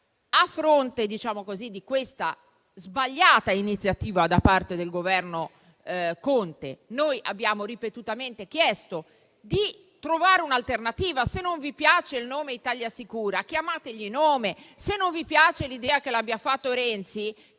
A fronte di questa sbagliata iniziativa da parte del Governo Conte, noi abbiamo ripetutamente chiesto di trovare un'alternativa: se non vi piace il nome Italia Sicura, cambiategli nome; oppure, se non vi piace l'idea che l'abbia fatto Renzi,